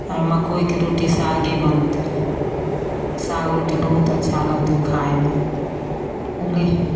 आइ मकइके रोटी सागे बनतै साग रोटी बहुत अच्छा लगतौ खायमे